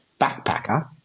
backpacker